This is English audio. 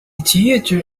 theatre